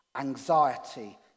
anxiety